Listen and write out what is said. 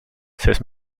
says